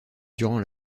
durant